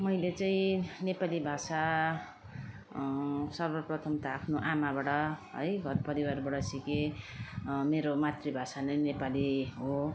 मैले चाहिँ नेपाली भाषा सर्वप्रथम त आफ्नो आमाबाट है घर परिवारबाट सिकेँ मेरो मातृभाषा नै नेपाली हो